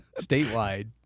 statewide